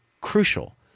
crucial